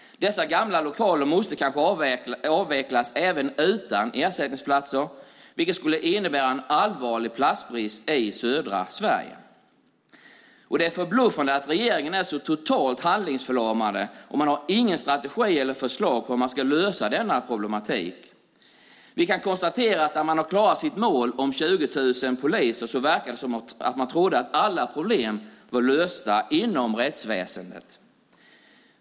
Dessa gamla lokaler måste kanske avvecklas även utan ersättningsplatser, vilket skulle innebära en allvarlig platsbrist i södra Sverige. Det är förbluffande att regeringen är så totalt handlingsförlamad och inte har någon strategi eller något förslag på hur man ska lösa denna problematik. Vi kan konstatera att när man nådde målet om 20 000 poliser verkade man tro att alla problem var lösta inom rättsväsendet.